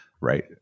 right